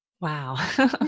Wow